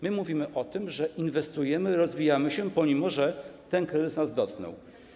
My mówimy o tym, że inwestujemy i rozwijamy się, pomimo że ten kryzys nas dotknął.